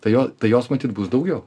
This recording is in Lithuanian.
tai jo tai jos matyt bus daugiau